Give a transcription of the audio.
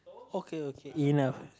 okay okay enough